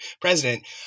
president